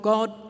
God